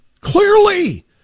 Clearly